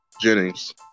Jennings